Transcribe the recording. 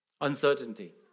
Uncertainty